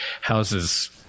houses